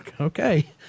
okay